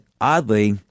oddly